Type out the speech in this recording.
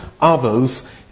others